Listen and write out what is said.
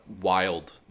wild